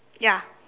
ya